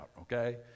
okay